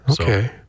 Okay